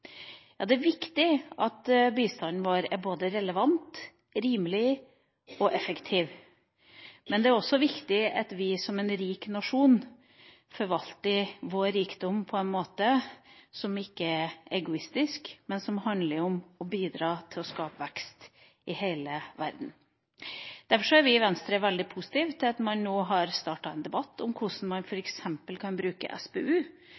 Ja, det er viktig at bistanden vår er relevant, rimelig og effektiv, men det er også viktig at vi som en rik nasjon, forvalter vår rikdom på en måte som ikke er egoistisk, men som handler om å bidra til å skape vekst i hele verden. Derfor er vi i Venstre veldig positive til at man nå har startet en debatt om hvordan man